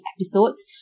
episodes